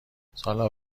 سالها